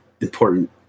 important